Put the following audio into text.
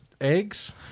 eggs